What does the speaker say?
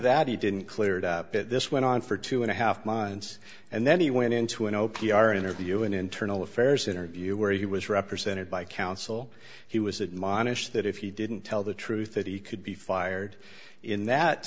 that he didn't clear it up it this went on for two and a half months and then he went into an opium our interview an internal affairs interview where he was represented by counsel he was admonished that if he didn't tell the truth that he could be fired in that